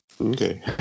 Okay